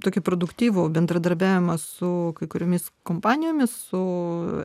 tokį produktyvų bendradarbiavimą su kai kuriomis kompanijomis su